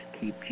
Keep